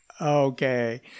Okay